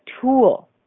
tool